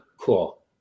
cool